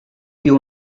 you